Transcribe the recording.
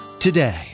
today